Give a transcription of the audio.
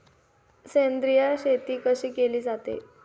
सेंद्रिय शेती कशी केली जाते?